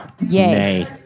Yay